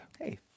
Hey